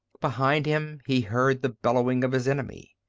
behind him he heard the bellowing of his enemy.